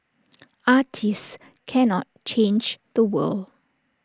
artists cannot change the world